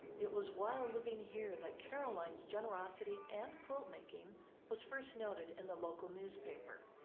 it was while living here that caroline's generosity and quiltmaking was first noted in the local newspaper.